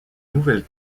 nouvelle